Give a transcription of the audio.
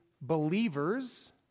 believers